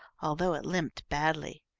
although it limped badly.